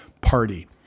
party